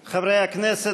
הכנסת,